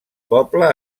poble